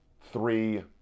three